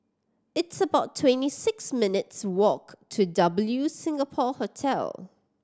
it's about twenty six minutes' walk to W Singapore Hotel